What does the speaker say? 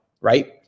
right